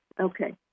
Okay